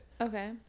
Okay